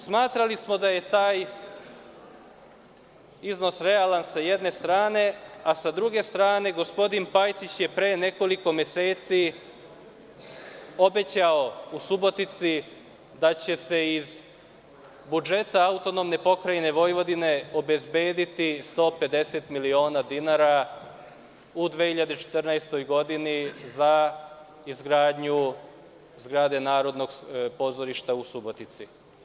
Smatrali smo da je taj iznos realan, s jedne strane, a s druge strane gospodin Pajtić je pre nekoliko meseci obećao u Subotici da će se iz budžeta AP Vojvodine obezbediti 150 miliona dinara u 2014. godini za izgradnju zgrade Narodnog pozorišta u Subotici.